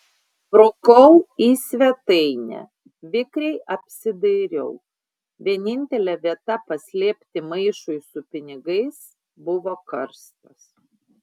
sprukau į svetainę vikriai apsidairiau vienintelė vieta paslėpti maišui su pinigais buvo karstas